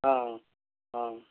অঁ অঁ অঁ